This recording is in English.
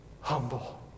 humble